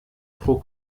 pro